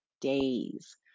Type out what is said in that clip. days